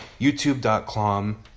youtube.com